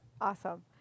Awesome